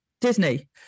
Disney